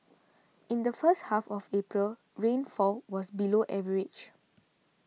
in the first half of April rainfall was below average